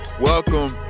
welcome